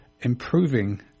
improving